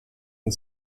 the